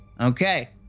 Okay